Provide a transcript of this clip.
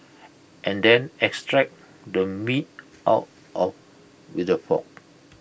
and then extract the meat out of with A fork